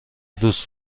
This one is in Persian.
دوست